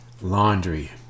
laundry